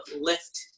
lift